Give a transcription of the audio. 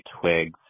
Twigs